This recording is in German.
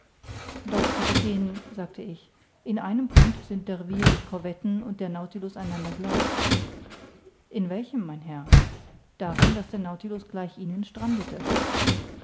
doch kapitän sagte ich in einem punkt sind d'urville's corvetten und der nautilus einander gleich in welchem mein herr darin daß der nautilus gleich ihnen strandete